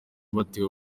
batewe